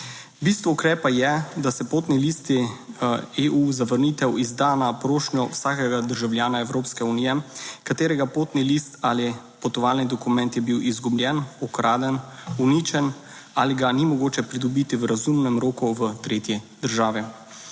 Bistvo ukrepa je, da se potni listi EU za vrnitev izda na prošnjo vsakega državljana Evropske unije, katerega potni list ali potovalni dokument je bil izgubljen, ukraden, uničen ali ga ni mogoče pridobiti v razumnem roku v tretji državi,